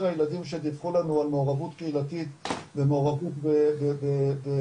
הילדים שדיווחו לנו על מעורבות קהילתית ומעורבות בפעילויות,